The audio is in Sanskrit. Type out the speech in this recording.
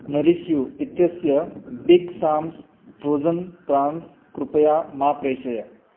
नरिश् यू इत्यस्य बिग् साम्स् फ्रोज़न् प्रान्स् कृपया मा प्रेषय